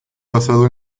basado